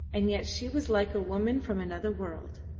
and yet she was like a woman from another world.